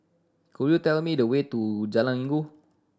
could you tell me the way to Jalan Inggu